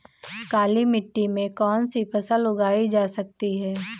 काली मिट्टी में कौनसी फसल उगाई जा सकती है?